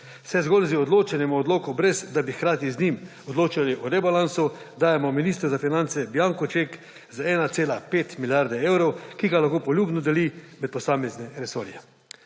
saj zgolj z odločanjem o odloku, brez da bi hkrati z njim odločali o rebalansu, dajemo ministru za finance bianko ček za 1,5 milijarde evrov, ki ga lahko poljubno deli med posamezne resorje.